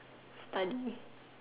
study